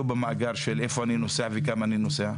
במאגר במקום אליו אני נוסע וכמה אני נוסע.